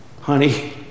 honey